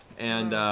and